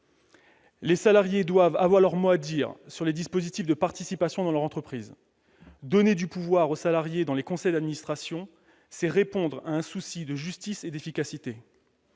Les salariés doivent avoir leur mot à dire sur les dispositifs de participation dans leur entreprise. Donner du pouvoir aux salariés dans les conseils d'administration, c'est répondre à un souci de justice et d'efficacité.